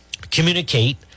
communicate